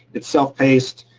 it's self paced.